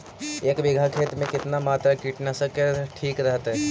एक बीघा खेत में कितना मात्रा कीटनाशक के ठिक रहतय?